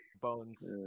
Bones